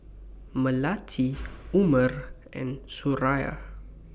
Melati Umar and Suraya